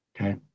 Okay